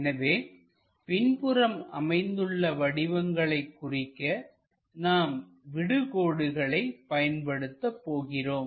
எனவே பின்புறம் அமைந்துள்ள வடிவங்களை குறிக்க நாம் விடு கோடுகளை பயன்படுத்த போகிறோம்